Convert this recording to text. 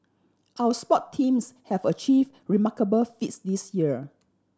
our sports teams have achieved remarkable feats this year